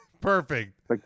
Perfect